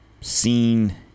seen